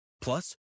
Plus